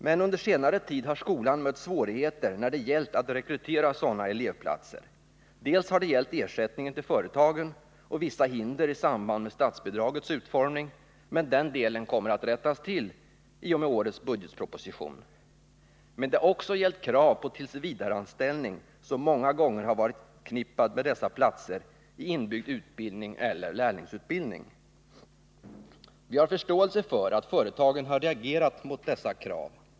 Men under senare tid har skolan mött svårigheter när det gällt att rekrytera sådana elevplatser. Dels har det gällt ersättningen till företagen och vissa hinder i samband med statsbidragets utformning — men den delen kommer att rättas till i och med årets budgetproposition — dels har det gällt de krav på tillsvidareanställning som många gånger har varit förknippade med dessa platser i inbyggd utbildning eller lärlingsutbildning. Vi har förståelse för att företagen har reagerat mot dessa krav.